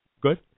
Good